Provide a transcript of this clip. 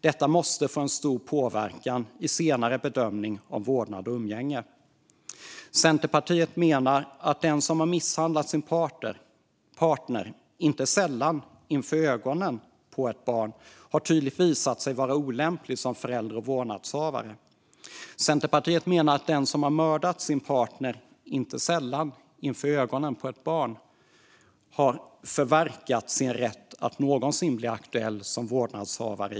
Detta måste få stor påverkan vid en senare bedömning om vårdnad och umgänge. Centerpartiet menar att den som har misshandlat sin partner, inte sällan inför ögonen på ett barn, tydligt har visat sig vara olämplig som förälder och vårdnadshavare. Centerpartiet menar att den som har mördat sin partner, inte sällan inför ögonen på ett barn, har förverkat sin rätt att någonsin igen bli aktuell som vårdnadshavare.